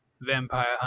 vampire